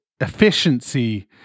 efficiency